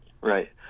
right